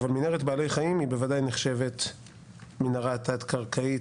אבל מנהרת בעלי חיים היא בוודאי נחשבת מנהרה תת קרקעית,